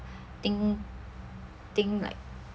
think think like